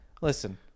Listen